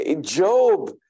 Job